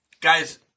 guys